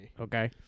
Okay